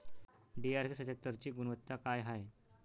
DRK सत्यात्तरची गुनवत्ता काय हाय?